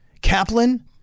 Kaplan